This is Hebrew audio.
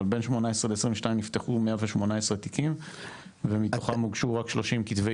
בין 18' ל-22' 118 תיקים ומתוכם הוגשו רק 30 כתבי